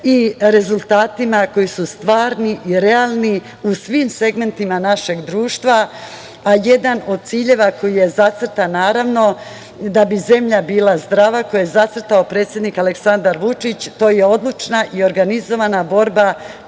i rezultatima koji su stvarni i realni u svim segmentima našeg društva, a jedan od ciljeva koji je zacrtan, naravno, da bi zemlja bila zdrava, koji je zacrtao predsednik Aleksandar Vučić, to je odlučna i organizovana borba